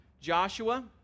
Joshua